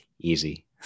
easy